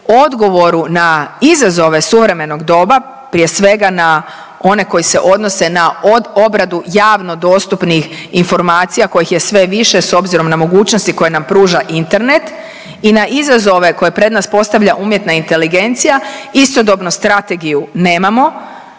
odgovoru na izazove suvremenog doba, prije svega na one koji se odnose na od obradu javno dostupnih informacija kojih je sve više s obzirom na mogućnosti koje nam pruža Internet i na izazove koje pred nas postavlja umjetna inteligencija, istodobno strategiju nemamo